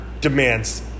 demands